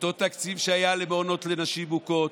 אותו תקציב שהיה למעונות לנשים מוכות,